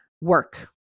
work